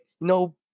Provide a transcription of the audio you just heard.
no